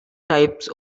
types